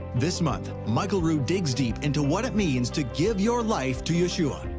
this month, michael rood digs deep into what it means to give your life to yeshua.